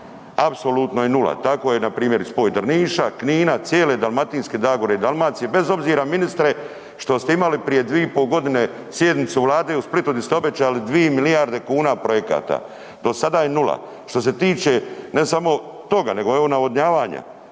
apsolutno je nula. Tako je npr. i spoj Drniša, Knina, cijele Dalmatinske zagore i Dalmacije bez obzira ministre što ste imali prije 2,5 godine sjednicu Vlade u Splitu gdje ste obećali 2 milijarde kuna projekata. Do sada je nula. Što se tiče ne samo toga, nego evo navodnjavanja,